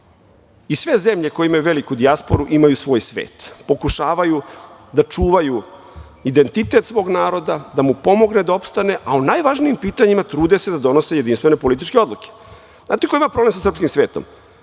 I sve zemlje koje imaju veliku dijasporu imaju svoj svet, pokušavaju da čuvaju identitet svog naroda, da mu pomognu da opstane, a o najvažnijim pitanjima trude se da donose jedinstvene političke odluke. Znate li ko ima problem sa srpskim svetom?